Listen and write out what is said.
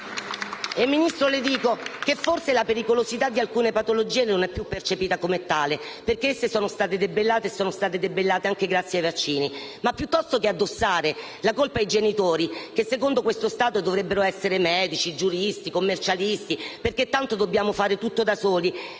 Ministro, le dico anche che forse la pericolosità di alcune patologie non è più percepita come tale, perché sono state debellate e anche grazie ai vaccini. Ma piuttosto che addossare la colpa ai genitori, che secondo questo Stato dovrebbero essere medici, giuristi e commercialisti, perché tanto dobbiamo fare tutto da soli,